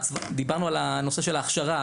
דיברנו על הנושא של ההכשרה,